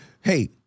hey